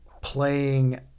playing